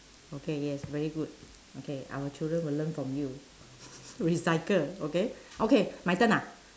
okay yes very good okay our children will learn from you recycle okay okay my turn ah